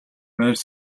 байр